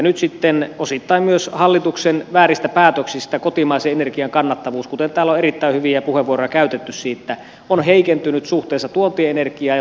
nyt sitten osittain myös hallituksen vääristä päätöksistä kotimaisen energian kannattavuus kuten täällä on erittäin hyviä puheenvuoroja käytetty siitä on heikentynyt suhteessa tuontienergiaan ja tuontipolttoaineisiin